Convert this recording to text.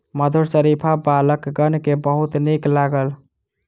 मधुर शरीफा बालकगण के बहुत नीक लागल